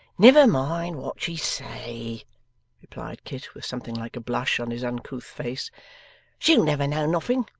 never mind what she'd say replied kit, with something like a blush on his uncouth face she'll never know nothing,